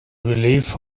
relief